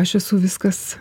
aš esu viskas